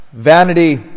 Vanity